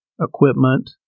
equipment